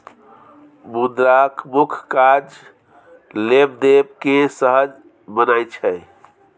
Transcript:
मुद्राक मुख्य काज लेब देब केँ सहज बनेनाइ छै